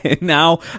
Now